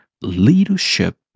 leadership